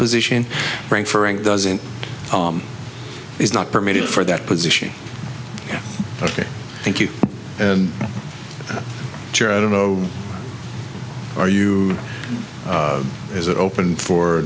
position frank frank doesn't is not permitted for that position ok thank you and i don't know are you is it open for